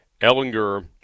Ellinger